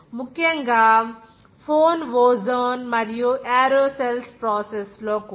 ముఖ్యంగా phone ozone మరియు aerosols process లో కూడా